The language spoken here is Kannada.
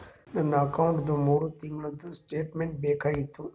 ನನ್ನ ಅಕೌಂಟ್ದು ಮೂರು ತಿಂಗಳದು ಸ್ಟೇಟ್ಮೆಂಟ್ ಬೇಕಾಗಿತ್ತು?